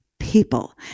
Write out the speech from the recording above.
people